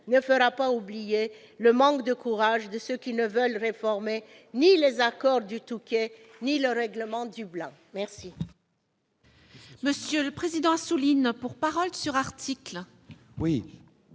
ne fera pas oublier le manque de courage de ceux qui ne veulent réformer ni les accords du Touquet ni le règlement de Dublin. La